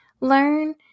learn